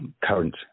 current